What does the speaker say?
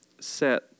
set